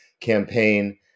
campaign